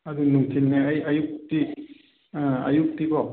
ꯑꯗꯨ ꯅꯨꯡꯊꯤꯟꯅꯦ ꯑꯩ ꯑꯌꯨꯛꯇꯤ ꯑꯌꯨꯛꯇꯤꯀꯣ